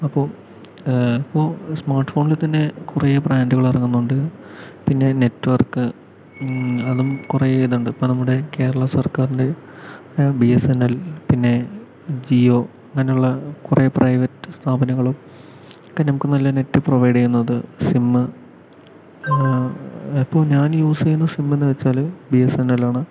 അപ്പോൾ ഇപ്പോൾ സ്മാർട്ട് ഫോണിൽ തന്നെ കുറേ ബ്രാൻഡുകൾ ഇറങ്ങുന്നുണ്ട് പിന്നെ നെറ്റ്വർക്ക് അതും കുറേ ഇതുണ്ട് ഇപ്പോൾ നമ്മുടെ കേരള സർക്കാരിൻ്റെ ബി എസ് എൻ എൽ പിന്നെ ജിയോ അങ്ങനെയുള്ള കുറേ പ്രൈവറ്റ് സ്ഥാപനങ്ങളും ഒക്കെ നമുക്ക് നല്ല നെറ്റ് പ്രൊവൈഡ് ചെയ്യുന്നത് സിം ഇപ്പോൾ ഞാൻ യൂസ് ചെയ്യുന്ന സിമ്മെന്ന് വെച്ചാൽ ബി എസ് എൻ എൽ ആണ്